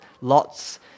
Lot's